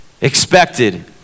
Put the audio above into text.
expected